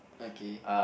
okay